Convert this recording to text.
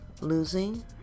losing